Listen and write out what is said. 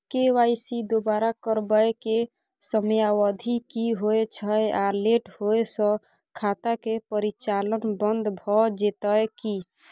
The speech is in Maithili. के.वाई.सी दोबारा करबै के समयावधि की होय छै आ लेट होय स खाता के परिचालन बन्द भ जेतै की?